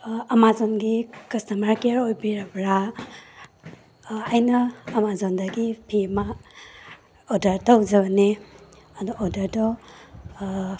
ꯑꯥꯃꯥꯖꯣꯟꯒꯤ customer care ꯑꯣꯏꯕꯤꯔꯕ꯭ꯔꯥ ꯑꯩꯅ ꯑꯥꯃꯥꯖꯣꯟꯗꯒꯤ ꯐꯤ ꯑꯃ ꯑꯣꯗꯔ ꯇꯧꯖꯕꯅꯦ ꯑꯗꯣ ꯑꯣꯗꯔꯗꯣ